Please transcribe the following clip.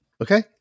Okay